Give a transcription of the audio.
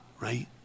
Right